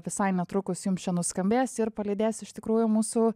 visai netrukus jums čia nuskambės ir palydės iš tikrųjų mūsų